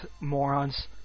morons